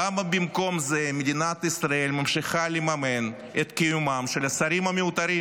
למה במקום זה מדינת ישראל ממשיכה לממן את קיומם של השרים המיותרים?